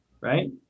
Right